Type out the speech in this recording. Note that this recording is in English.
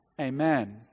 Amen